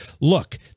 Look